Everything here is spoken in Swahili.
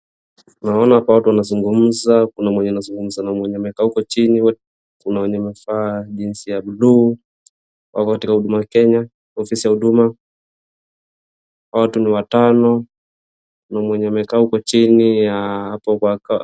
Naona watu wanazungumza, kuna mwenye anazungumza na mwenye amekaa huko chini, kuna mwenye amevaa jeans ya blue , hawa wote kwa Huduma Kenya, kwa ofisi ya Huduma, hawa watu ni watano, kuna mwenye amekaa huko chini ya hapo kwa.